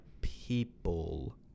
people